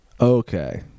Okay